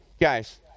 guys